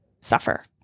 suffer